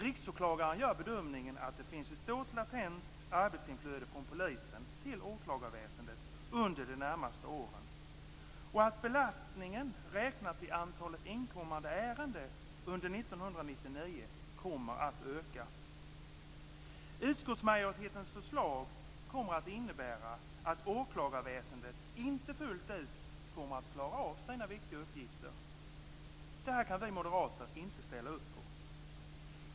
RÅ gör bedömningen att det finns ett stort latent arbetsinflöde från polisen till åklagarväsendet under de närmaste åren, och att belastningen räknat i antalet inkommande ärenden under 1999 kommer att öka. Utskottsmajoritetens förslag kommer att innebära att åklagarväsendet inte fullt ut kommer att klara av sina viktiga uppgifter. Detta kan vi moderater inte ställa upp på.